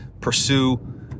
pursue